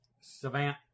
Savant